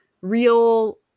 real